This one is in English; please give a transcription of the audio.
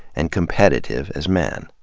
and competitive as men.